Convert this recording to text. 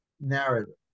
narrative